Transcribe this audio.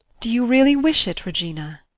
do you really wish it, regina?